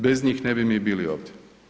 Bez njih ne bi mi bili ovdje.